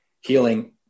healing